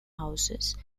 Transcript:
houses